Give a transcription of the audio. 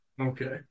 Okay